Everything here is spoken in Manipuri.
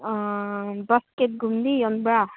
ꯕꯥꯁꯀꯦꯠ ꯀꯨꯝꯕꯗꯤ ꯌꯣꯟꯕ꯭ꯔꯥ